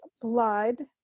blood